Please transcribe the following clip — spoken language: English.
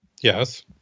Yes